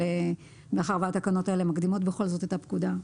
אבל התקנות האלה מקדימות את הפקודה.